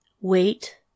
wait